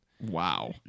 Wow